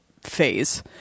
phase